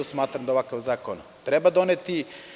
Smatram da ovakav zakon treba doneti.